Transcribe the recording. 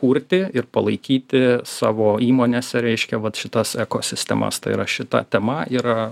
kurti ir palaikyti savo įmonėse reiškia vat šitas ekosistemas tai yra šita tema yra